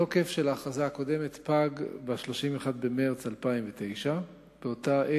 תוקף ההכרזה הקודמת פג ב-31 במרס 2009. באותה עת,